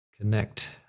connect